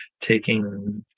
taking